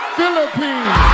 Philippines